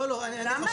לאותם דינים.